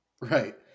Right